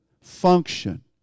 Function